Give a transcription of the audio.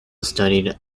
studied